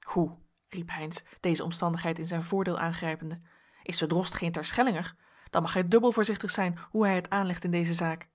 hoe riep heynsz deze omstandigheid in zijn voordeel aangrijpende is de drost geen terschellinger dan mag hij dubbel voorzichtig zijn hoe hij het aanlegt in deze zaak